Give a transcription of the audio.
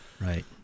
Right